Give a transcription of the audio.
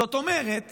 זאת אומרת